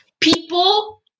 People